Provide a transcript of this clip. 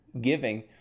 giving